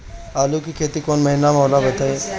आलू के खेती कौन महीना में होला बताई?